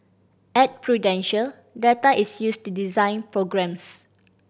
at Prudential data is used to design programmes